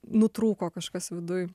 nutrūko kažkas viduj